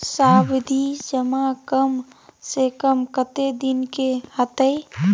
सावधि जमा कम से कम कत्ते दिन के हते?